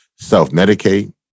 self-medicate